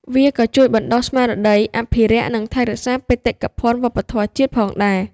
វាក៏ជួយបណ្តុះស្មារតីអភិរក្សនិងថែរក្សាបេតិកភណ្ឌវប្បធម៌ជាតិផងដែរ។